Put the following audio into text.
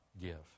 give